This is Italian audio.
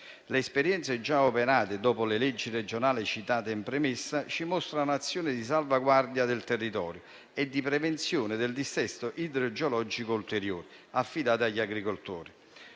Le esperienze già operate dopo le leggi regionali citate in premessa ci mostrano ulteriori azioni di salvaguardia del territorio e di prevenzione del dissesto idrogeologico, affidate agli agricoltori.